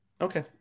okay